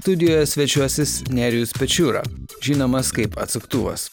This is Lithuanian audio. studijoje svečiuosis nerijus pečiūra žinomas kaip atsuktuvas